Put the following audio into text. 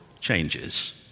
changes